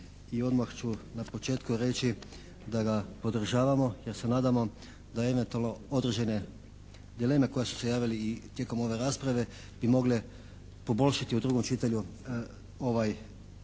odmah ću na početku reći da ga podržavamo jer se nadamo da eventualno održane dileme koje su se javili tijekom ove rasprave bi mogle poboljšati u drugom čitanju ovaj